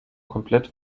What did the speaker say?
komplett